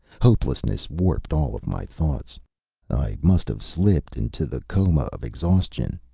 hopelessness warped all of my thoughts. i must have slipped into the coma of exhaustion.